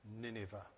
Nineveh